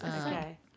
Okay